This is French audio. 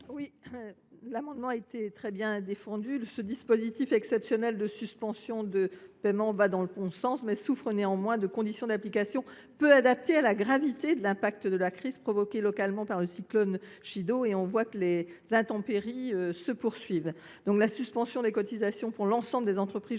Cet amendement a été très bien défendu à l’instant. Ce dispositif exceptionnel de suspension de paiement va dans le bon sens, mais souffre de conditions d’application peu adaptées à la gravité de la crise provoquée localement par le cyclone Chido. Par ailleurs, les intempéries se poursuivent. Dans ce contexte, la suspension des cotisations pour l’ensemble des entreprises jusqu’au